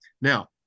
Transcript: Now